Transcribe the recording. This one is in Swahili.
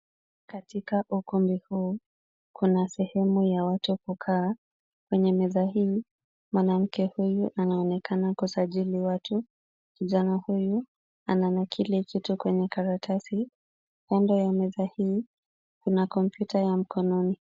Katika ukumbi huu, kuna sehemu ya watu kukaa, kwenye meza hii mwanamke huyu anaonekana kusajili watu. Kijana huyu ananakili kitu kwenye karatasi, kando ya meza hii kuna kompyuta ya mkononi.